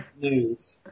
news